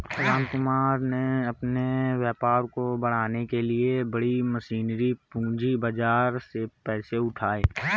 रामकुमार ने अपने व्यापार को बढ़ाने के लिए बड़ी मशीनरी पूंजी बाजार से पैसे उठाए